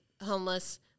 homeless